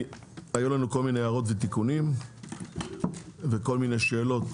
היו לנו כל מיני הערות ותיקונים וכל מיני שאלות